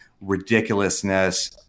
ridiculousness